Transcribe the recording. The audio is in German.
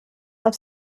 auf